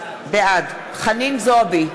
בעד חנין זועבי,